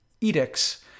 edicts